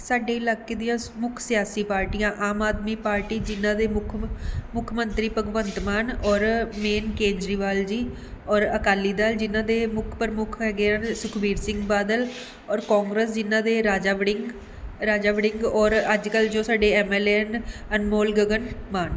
ਸਾਡੇ ਇਲਾਕੇ ਦੀਆਂ ਸ ਮੁੱਖ ਸਿਆਸੀ ਪਾਰਟੀਆਂ ਆਮ ਆਦਮੀ ਪਾਰਟੀ ਜਿਹਨਾਂ ਦੇ ਮੁੱਖ ਮ ਮੁੱਖ ਮੰਤਰੀ ਭਗਵੰਤ ਮਾਨ ਔਰ ਮੇਨ ਕੇਜਰੀਵਾਲ ਜੀ ਔਰ ਅਕਾਲੀ ਦਲ ਜਿਹਨਾਂ ਦੇ ਮੁੱਖ ਪ੍ਰਮੁੱਖ ਹੈਗੇ ਹਨ ਸੁਖਬੀਰ ਸਿੰਘ ਬਾਦਲ ਔਰ ਕਾਂਗਰਸ ਜਿਹਨਾਂ ਦੇ ਰਾਜਾ ਵੜਿੰਗ ਰਾਜਾ ਵੜਿੰਗ ਔਰ ਅੱਜ ਕੱਲ੍ਹ ਜੋ ਸਾਡੇ ਐੱਮ ਐੱਲ ਏ ਹਨ ਅਨਮੋਲ ਗਗਨ ਮਾਨ